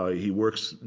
ah he works,